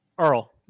Earl